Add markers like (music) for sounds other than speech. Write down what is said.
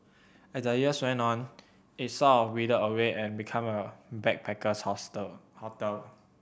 as the years went on it sort of withered away and become a backpacker's hostel (unintelligible)